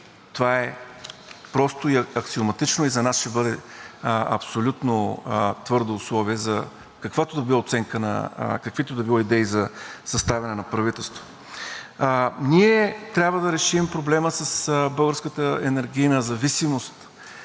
Това е просто и аксиоматично и за нас ще бъде абсолютно твърдо условие за каквато и да било оценка, на каквито и да било идеи за съставяне на правителство. Ние трябва да решим проблема с българската енергийна зависимост